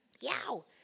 Yow